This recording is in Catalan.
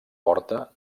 porta